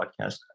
podcast